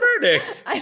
verdict